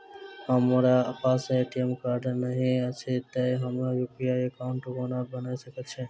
हमरा पास ATM card नहि अछि तए हम यु.पी.आई एकॉउन्ट कोना बना सकैत छी